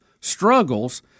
struggles